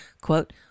quote